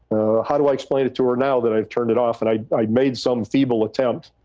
how do i explain it to her now that i've turned it off and i i made some feeble attempt.